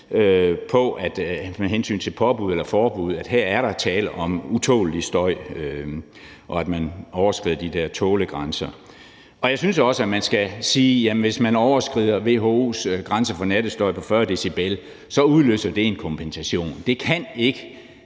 med hensyn til påbud eller forbud om, at her er der tale om utåleligt støj, og at man overskrider de der tålegrænser. Og jeg synes også, at man skal sige, at hvis man overskrider WHO's grænse for nattestøj på 40 dB, udløser det en kompensation. Der kan ikke